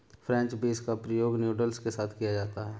French beans का प्रयोग noodles के साथ किया जाता है